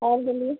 और बोलिए